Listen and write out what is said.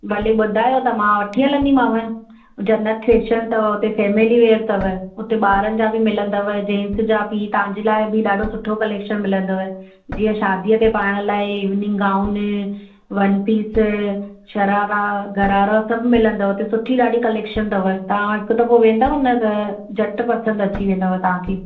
भले बुधायो त मां वठी हलंदीमांव जन्नत फेशन अथव हुते फेमेली वेअर अथव हुते बारनि जा बि मिलंदव जेन्स जा बि तव्हांजे लाइ बि सुठो कलेक्शन मिलंदव जीअं शादीअ ते पाइण लाइ evening gown one piece sharara gharara सभु मिलंदव हुते सुठी ॾाढी कलेक्शन अथव तव्हां वटि वेंदव पोइ झटि पसंदि अची वेंदव तव्हांखे